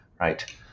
right